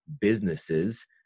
businesses